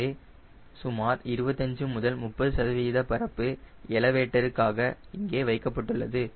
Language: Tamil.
எனவே சுமார் 25 முதல் 30 சதவிகித பரப்பு எலவேட்டருக்காக இங்கே வைக்கப்பட்டுள்ளது